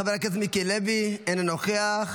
חבר הכנסת מיקי לוי, אינו נוכח.